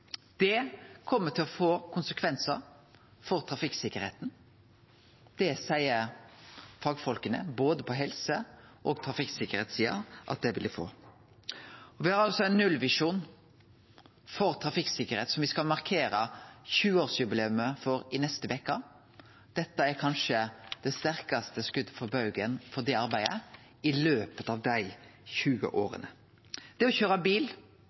Det kjem til å få konsekvensar for trafikksikkerheita, det seier fagfolk på både helsesida og trafikksikkerheitssida. Me har ein nullvisjon for trafikksikkerheit, som me skal markere 20-årsjubileet for i neste veke. Dette er kanskje det sterkaste skotet for baugen for det arbeidet i løpet av dei 20 åra. Det å køyre bil